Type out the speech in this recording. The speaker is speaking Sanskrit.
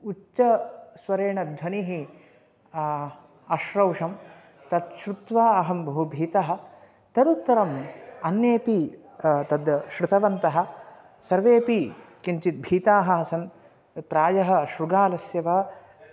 उच्चस्वरेण ध्वनिः अश्रौशं तत् श्रुत्वा अहं बहु भीतः तदुत्तरम् अन्येपि तत् श्रुतवन्तः सर्वेपि किञ्चित् भीताः आसन् प्रायः शृगालस्य वा